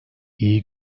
i̇yi